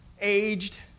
aged